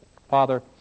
Father